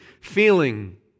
feeling